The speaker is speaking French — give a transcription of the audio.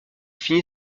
finit